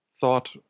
thought